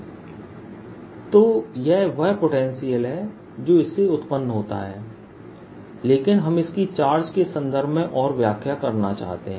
Vr14π0pr rr r3 dpPrdV dVr14π0PrdVr rr r314π0Prr rr r3dV Vr14π0Prr rr r3dV तो यह वह potential है जो इससे उत्पन्न होता है लेकिन हम इसकी चार्ज के संदर्भ में और व्याख्या करना चाहते हैं